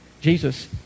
Jesus